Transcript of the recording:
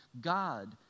God